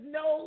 no